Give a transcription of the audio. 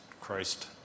Christ